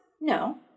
No